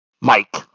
Mike